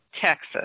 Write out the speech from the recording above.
Texas